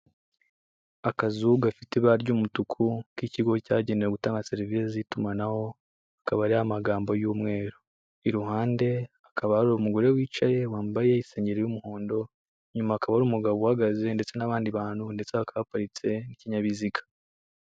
Akazu gafite ibara ry'umutuku k'ikigo cyagenewe gutanga serivisi z'itumanaho, akaba ari amagambo y'umweru. Iruhande akaba ari umugore wicaye wambaye isengeri y'umuhondo, inyuma hakaba umugabo uhagaze ndetse n'abandi bantu ndetse hakaba haparitse n'ikinyabiziga.